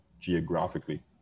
geographically